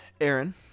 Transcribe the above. Aaron